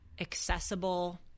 accessible